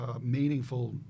meaningful